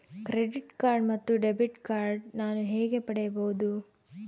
Credit card ಮತ್ತು debit card ನಾನು ಹೇಗೆ ಪಡೆಯಬಹುದು?